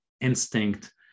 instinct